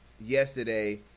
yesterday